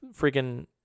freaking